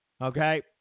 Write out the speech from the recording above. Okay